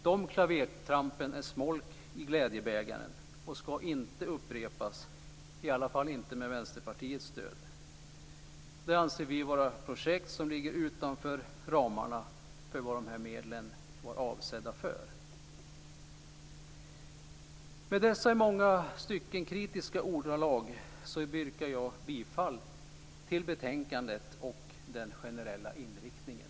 De klavertrampen är smolk i glädjebägaren, och ska inte upprepas - i alla fall inte med Vänsterpartiets stöd. Vi anser att detta är projekt som ligger utanför ramarna för vad dessa medel var avsedda för. Med dessa, i många stycken kritiska, ordalag yrkar jag bifall till utskottets hemställan i betänkandet och den generella inriktningen.